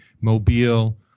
Mobile